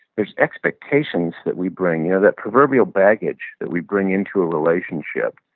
there's expectations that we bring, you know that proverbial baggage that we bring into a relationship.